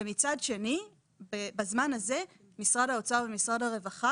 ומצד שני בזמן הזה משרד האוצר ומשרד הרווחה,